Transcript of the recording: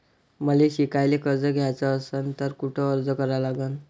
मले शिकायले कर्ज घ्याच असन तर कुठ अर्ज करा लागन?